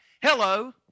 Hello